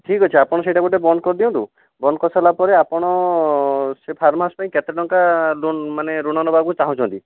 ଠିକ୍ଅଛି ଆପଣ ସେଇଟା ଗୋଟେ ବନ୍ଦ କରିଦିଅନ୍ତୁ ବନ୍ଦ କରିସାରିଲା ପରେ ଆପଣ ସେ ଫାର୍ମହାଉସ ପାଇଁ କେତେ ଟଙ୍କା ଲୋନ ମାନେ ଋଣ ନେବାକୁ ଚାହୁଁଛନ୍ତି